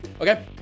okay